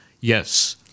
yes